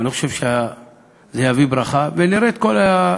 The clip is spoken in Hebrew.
אני חושב שזה יביא ברכה, ונראה את כל,